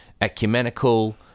ecumenical